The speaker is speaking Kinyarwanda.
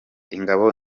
ingabo